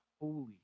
holy